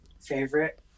favorite